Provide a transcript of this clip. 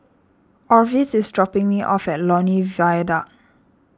Orvis is dropping me off at Lornie Viaduct